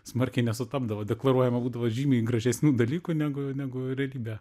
smarkiai nesutapdavo deklaruojama būdavo žymiai gražesnių dalykų negu negu realybė